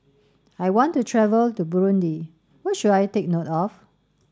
I want to travel to Burundi What should I take note of